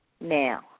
now